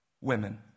women